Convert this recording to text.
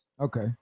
Okay